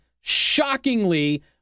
shockingly